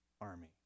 army